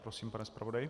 Prosím, pane zpravodaji.